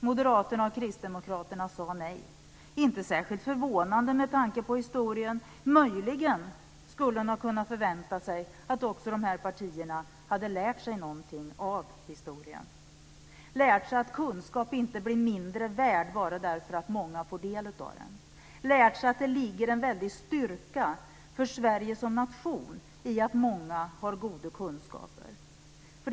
Moderaterna och Kristdemokraterna sa nej, inte särskilt förvånande med tanke på historien. Möjligen skulle man ha kunnat förvänta sig att också dessa partier hade lärt sig någonting av historien, lärt sig att kunskap inte blir mindre värd bara därför att många får del av den, lärt sig att det ligger en väldig styrka för Sverige som nation i att många har goda kunskaper.